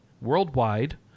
worldwide